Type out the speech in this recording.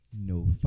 no